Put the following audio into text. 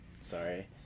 sorry